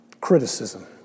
Criticism